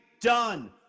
Done